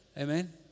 Amen